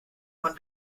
von